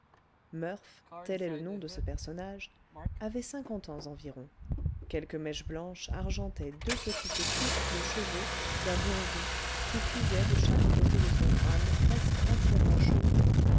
murph tel est le nom de ce personnage avait cinquante ans environ quelques mèches blanches argentaient deux petites touffes de cheveux d'un blond vif qui frisaient de chaque côté de son crâne presque entièrement chauve